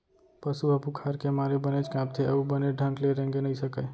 पसु ह बुखार के मारे बनेच कांपथे अउ बने ढंग ले रेंगे नइ सकय